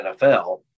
NFL